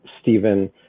Stephen